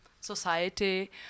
society